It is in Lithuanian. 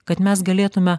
kad mes galėtume